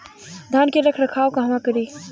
धान के रख रखाव कहवा करी?